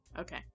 okay